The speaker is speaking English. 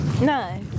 No